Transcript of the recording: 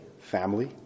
family